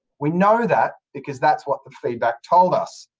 we know that, because that's what the feedback told us.